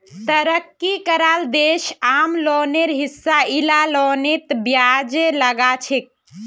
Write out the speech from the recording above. तरक्की कराल देश आम लोनेर हिसा इला लोनतों ब्याज लगाछेक